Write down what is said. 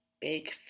Big